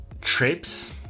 trips